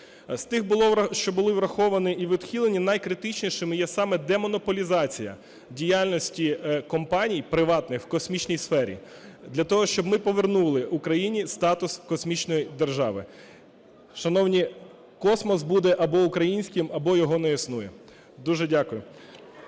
З тих, що були враховані і відхилені, найкритичнішими є саме демонополізація діяльності компаній приватних в космічній сфері для того, щоб ми повернули Україні статус космічної держави. Шановні, космос буде або українським, або його не існує. Дуже дякую.